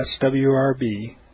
swrb